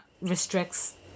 restricts